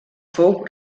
fou